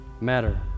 matter